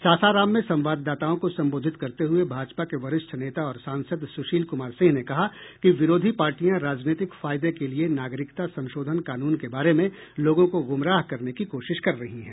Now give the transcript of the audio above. सासाराम में संवाददाताओं को संबोधित करते हुए भाजपा के वरिष्ठ नेता और सांसद सुशील कुमार सिंह ने कहा कि विरोधी पार्टियां राजनीतिक फायदे के लिए नागरिकता संशोधन कानून के बारे में लोगों को गुमराह करने की कोशिश कर रही है